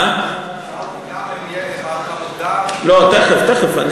שאלתי גם אם אתה מודע, תכף.